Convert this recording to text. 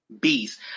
beast